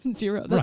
and zero, but